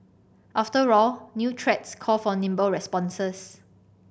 after all new threats call for nimble responses